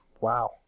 Wow